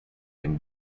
and